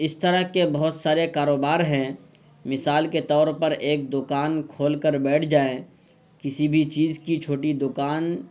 اس طرح کے بہت سارے کاروبار ہیں مثال کے طور پر ایک دکان کھول کر بیٹھ جائیں کسی بھی چیز کی چھوٹی دکان